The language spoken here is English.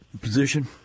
position